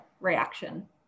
reaction